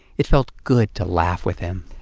it felt good to laugh with him.